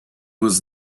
was